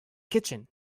kitchen